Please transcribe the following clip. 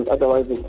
Otherwise